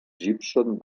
gibson